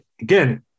again